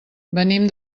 venim